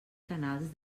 canals